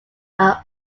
are